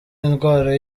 indwara